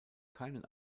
keinen